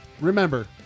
remember